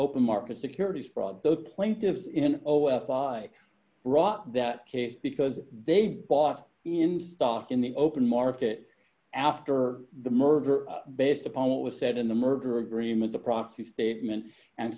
open market securities fraud the plaintiffs in oh well i brought that case because they bought him stock in the open market after the murder based upon what was said in the merger agreement the proxy statement and